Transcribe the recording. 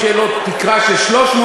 במקום שתהיה לו תקרה של 300,000,